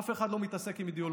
אף אחד לא מתעסק עם אידיאולוגיה.